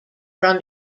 from